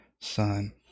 Son